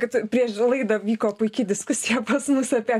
kad prieš laidą vyko puiki diskusija pas mus apie